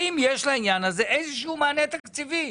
האם יש לעניין הזה איזה שהוא מענה תקציבי?